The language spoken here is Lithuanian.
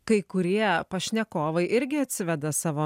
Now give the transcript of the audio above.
kai kurie pašnekovai irgi atsiveda savo